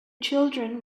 children